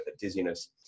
dizziness